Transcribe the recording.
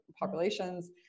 populations